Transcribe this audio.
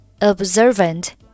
observant